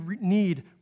need